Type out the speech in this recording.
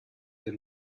der